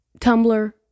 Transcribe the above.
Tumblr